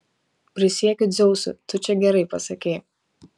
prisiekiu dzeusu tu čia gerai pasakei